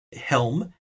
helm